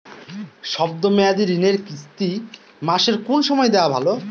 শব্দ মেয়াদি ঋণের কিস্তি মাসের কোন সময় দেওয়া ভালো?